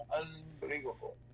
unbelievable